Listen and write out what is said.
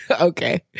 Okay